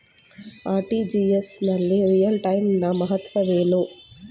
RTGS ನಲ್ಲಿ real time ನ ಮಹತ್ವವೇನು?